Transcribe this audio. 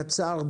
קצר,